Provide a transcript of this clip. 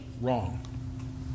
wrong